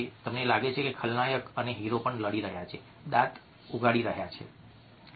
તમને લાગે છે કે ખલનાયક અને હીરો પણ લડી રહ્યા છે દાંત ઉઘાડી રહ્યા છે